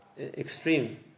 extreme